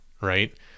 right